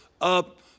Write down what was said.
up